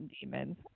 demons